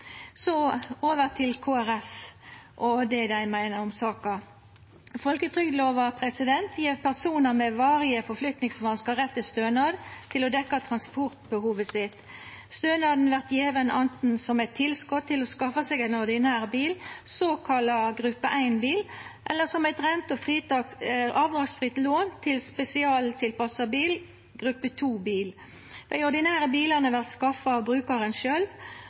det Kristeleg Folkeparti meiner om saka. Folketrygdlova gjev personar med varige forflyttingsvanskar rett til stønad til å dekkja transportbehovet sitt. Stønaden vert gjeven anten som eit tilskot til å skaffa seg ein ordinær bil, såkalla gruppe 1-bil, eller som eit rente- og avdragsfritt lån til spesialtilpassa bil, gruppe 2-bil. Dei ordinære bilane vert skaffa av brukaren sjølv,